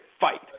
Fight